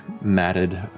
matted